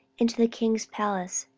and to the king's palace,